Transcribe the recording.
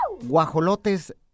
Guajolotes